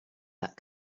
that